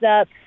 up